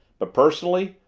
but, personally,